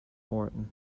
morton